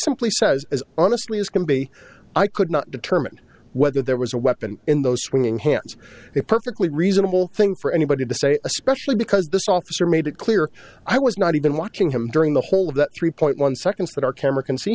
simply says as honestly as can be i could not determine whether there was a weapon in those swinging hands a perfectly reasonable thing for anybody to say especially because this officer made it clear i was not even watching him during the whole of that three point one seconds that our camera can see